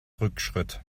rückschritt